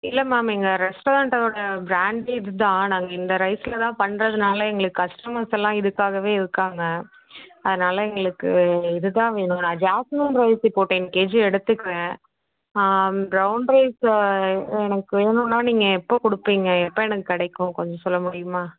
இல்லை மேம் எங்கள் ரெஸ்ட்டாரண்டோட ப்ராண்டே இது தான் நாங்கள் இந்த ரைஸ்ஸில் தான் பண்ணுறதுனால எங்களுக்கு கஸ்டமர்ஸ் எல்லாம் இதுக்காகவே இருக்காங்க அதனால எங்களுக்கு இது தான் வேணும் நான் ஜாஸ்மின் ரைஸ் இப்போ டென் கேஜி எடுத்துக்குவேன் ப்ரௌன் ரைஸ்ஸை எனக்கு வேணுன்னா நீங்கள் எப்போ கொடுப்பிங்க எப்போ எனக்கு கிடைக்கும் கொஞ்சம் சொல்ல முடியுமா